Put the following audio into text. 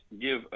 give